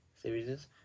series